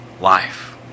life